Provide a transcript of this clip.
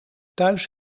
thuis